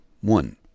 one